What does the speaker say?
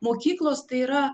mokyklos tai yra